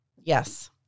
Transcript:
Yes